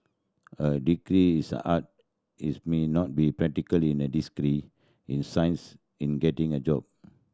a degree is a art is may not be practically as a degree in science in getting a job